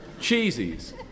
cheesies